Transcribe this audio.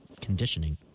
conditioning